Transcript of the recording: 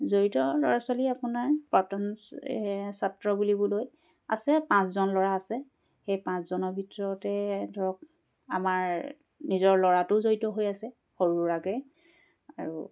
জড়িত ল'ৰা ছোৱালী আপোনাৰ প্ৰাক্তন ছাত্ৰ বুলিবলৈ আছে পাঁচজন ল'ৰা আছে সেই পাঁচজনৰ ভিতৰতে ধৰক আমাৰ নিজৰ ল'ৰাটো জড়িত হৈ আছে সৰু সুৰাকৈ আৰু